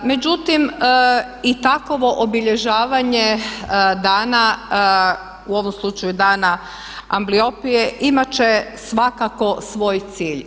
Međutim i takvo obilježavanje dana, u ovom slučaju Dana ambliopije imati će svakako svoj cilj.